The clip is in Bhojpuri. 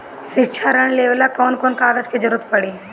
शिक्षा ऋण लेवेला कौन कौन कागज के जरुरत पड़ी?